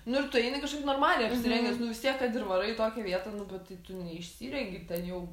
nu ir tu eini kažkaip normaliai apsirengęs nu vis tiek kad ir varai į tokią vietą nu bet tai tu neišsirengi ten jau